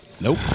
Nope